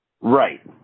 Right